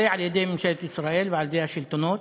על-ידי ממשלת ישראל ועל-ידי השלטונות,